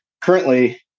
currently